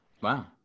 Wow